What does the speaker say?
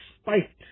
spiked